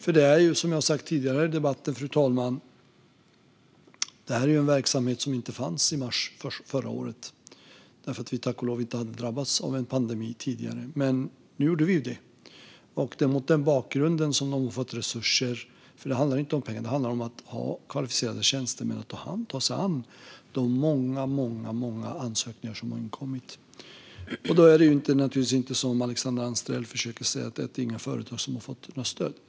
Detta är ju, som jag har sagt i tidigare debatter, fru talman, en verksamhet som inte fanns i mars förra året eftersom vi tack och lov inte drabbats av någon pandemi tidigare. Men nu gjorde vi det, och det är mot den bakgrunden de har fått resurser. Det handlar inte om pengar utan om att ha kvalificerade tjänstemän som kan ta sig an de många ansökningar som har inkommit. Det är naturligtvis inte så, som Alexandra Anstrell försöker säga, att inga företag fått stöd.